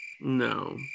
No